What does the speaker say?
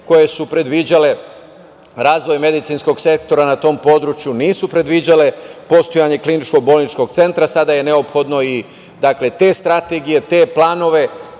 koje su predviđale razvoj medicinskog sektora na tom području nisu predviđale postojanje kliničko-bolničkog centra. Sada je neophodno i te strategije, te planove,